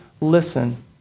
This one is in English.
listen